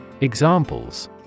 Examples